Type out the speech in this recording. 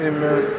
Amen